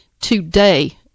today